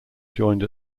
joined